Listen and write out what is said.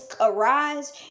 arise